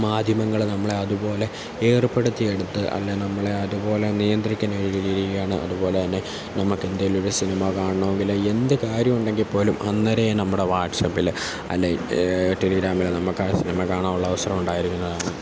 മാധ്യമങ്ങൾ നമ്മളെ അതുപോലെ ഏർപ്പെടുത്തിയെടുത്ത് അല്ലെങ്കിൽ നമ്മളെ അതുപോലെ നിയന്ത്രിക്കുന്ന ഒരു രീതിയാണ് അതുപോലെ തന്നെ നമുക്കെന്തെങ്കിലുമൊരു സിനിമ കാണണമെങ്കിൽ എന്ത് കാര്യമുണ്ടെങ്കിൽപ്പോലും അന്നേരം നമ്മുടെ വാട്സപ്പിൽ അല്ലെങ്കിൽ ടെലിഗ്രാമിൽ നമുക്കാ സിനിമ കാണാനുള്ള അവസരമുണ്ടായിരിക്കുന്നതാണ്